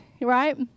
right